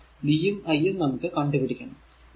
അതിനാൽ v യും i യും നമുക്ക് കണ്ടുപിടിക്കണം